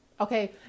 Okay